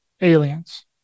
aliens